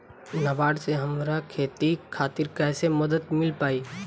नाबार्ड से हमरा खेती खातिर कैसे मदद मिल पायी?